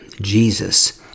Jesus